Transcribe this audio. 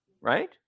Right